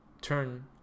turn